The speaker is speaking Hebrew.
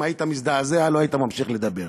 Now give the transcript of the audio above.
אם היית מזדעזע לא היית ממשיך לדבר.